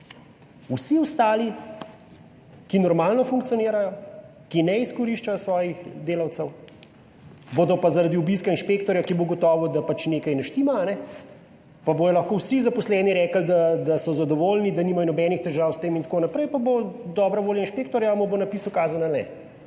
Vsi ostali, ki normalno funkcionirajo, ki ne izkoriščajo svojih delavcev bodo pa, zaradi obiska inšpektorja, ki bo ugotovil, da pač nekaj ne štima pa bodo lahko vsi zaposleni rekli, da so zadovoljni, da nimajo nobenih težav s tem, itn. pa bo dobra volja inšpektorja, ali mu bo napisal kazen ali ne.